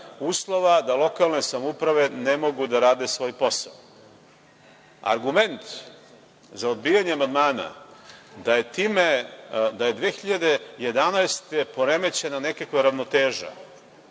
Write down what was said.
uslova da lokalne samouprave ne mogu da rade svoj posao. Argument za odbijanje amandmana da je 2011. godine poremećena nekakva ravnoteža,